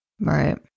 right